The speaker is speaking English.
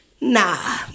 Nah